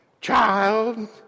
Child